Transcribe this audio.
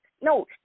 No